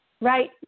right